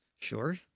sure